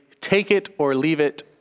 take-it-or-leave-it